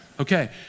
Okay